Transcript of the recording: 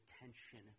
attention